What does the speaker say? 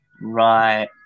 Right